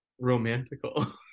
Romantical